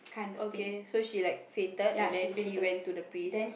okay so she like fainted and then he went to the priest